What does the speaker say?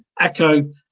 echo